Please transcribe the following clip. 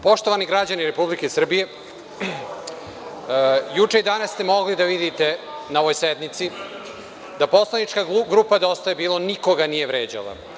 Poštovani građani Republike Srbije, juče i danas ste mogli da vidite na ovoj sednici da poslanička grupa Dosta je bilo nikoga nije vređala.